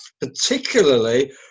particularly